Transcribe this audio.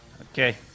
Okay